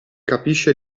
capisce